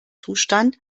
zustand